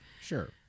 Sure